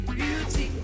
beauty